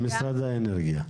במשרד האנרגיה.